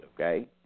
okay